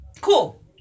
Cool